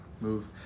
move